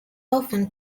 often